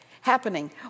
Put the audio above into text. happening